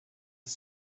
was